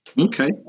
Okay